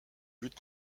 but